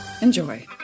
Enjoy